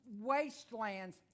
wastelands